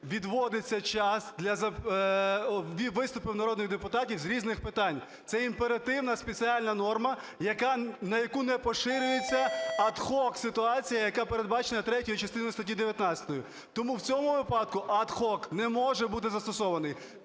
відводиться час для виступів народних депутатів з різних питань. Це імперативна спеціальна норма, на яку не поширюється ad hoc - ситуація, яка передбачена третьою частиною статті 19. Тому в цьому випадку ad hoc не може бути застосований.